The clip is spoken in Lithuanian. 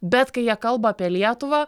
bet kai jie kalba apie lietuvą